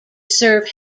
serve